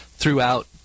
throughout